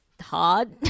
hard